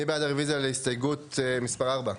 מי בעד רביזיה להסתייגות מספר 9?